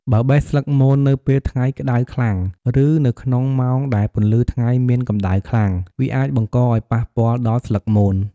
បើបេះស្លឹកមននៅពេលថ្ងៃក្ដៅខ្លាំង ឬនៅក្នុងម៉ោងដែលពន្លឺថ្ងៃមានកម្តៅខ្លាំង វាអាចបង្កឱ្យប៉ះពាល់ដល់ស្លឹកមន។